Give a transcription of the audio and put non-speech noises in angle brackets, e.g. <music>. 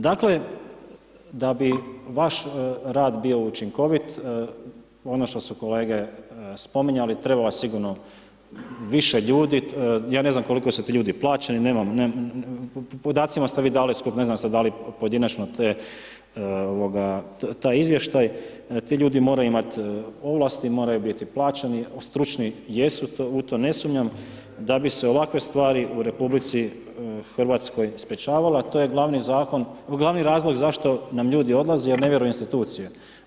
Dakle da bi vaš rad bio učinkovit, ono što su kolege spominjali treba ... <unintelligible> sigurno više ljudi, ja ne znam koliko su ti ljudi plaćeni, nemam, podacima ste vi dali, ne znam jeste li dali pojedinačno taj izvještaj, ti ljudi moraju imati ovlasti, moraju biti plaćeni, stručni jesu, u to ne sumnjam da bi se ovakve stvari u RH sprječavale a to je glavni razlog zašto nam ljudi odlaze jer ne vjeruju instituciji.